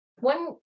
one